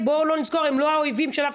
אז לא ממקום של הגנה על תפקידו ופעולתו של בג"ץ,